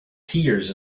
tears